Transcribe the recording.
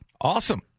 Awesome